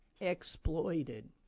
exploited